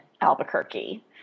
Albuquerque